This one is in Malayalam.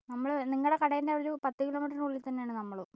നമ്മൾ നിങ്ങളുടെ കടേൻ്റെ അവിടെയൊരു പത്ത് കിലോമീറ്ററിനുള്ളിൽ തന്നെയാണ് നമ്മളും